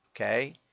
okay